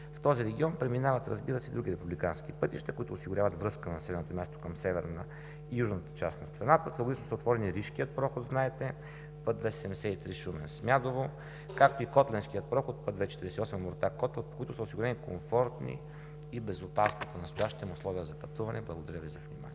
В този регион, преминават, разбира се, други Републикански пътища, които осигуряват връзка на населеното място към северната и южната част на страната. Целогодишно отворени са Ришкия проход, знаете, път 273 Шумен-Смядово, както и Котленския проход 248 Омуртаг-Котел, по които са осигурени комфортни и безопасни по настоящем условия за пътуване. Благодаря Ви за вниманието.